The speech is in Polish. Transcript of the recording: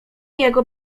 jego